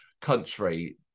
country